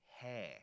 hair